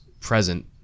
present